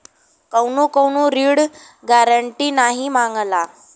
कउनो कउनो ऋण गारन्टी नाही मांगला